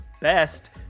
best